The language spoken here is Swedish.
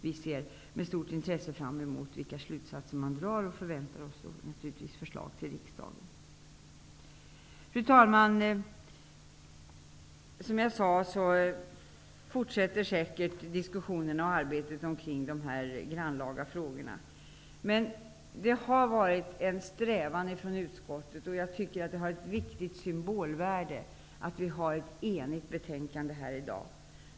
Vi ser med stort intresse fram emot de slutsatser som man kommer att dra, och vi förväntar oss naturligtvis förslag till riksdagen. Fru talman! Diskussionerna och arbetet kring dessa grannlaga frågor fortsätter säkert. Det har ett viktigt symbolvärde att utskottet lägger fram ett enigt betänkande i dag.